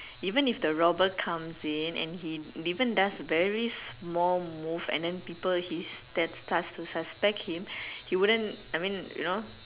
even if the robber comes in and he even does very small move and then people his that starts to suspect him he wouldn't I mean you know